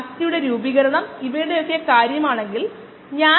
9 സെക്കൻഡായി മാറുന്നു ഇത് 60 കൊണ്ട് ഹരിക്കുകയാണെങ്കിൽ നമുക്ക് 7